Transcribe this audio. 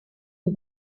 une